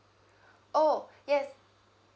oh yes